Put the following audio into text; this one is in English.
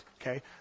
okay